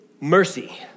mercy